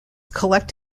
collect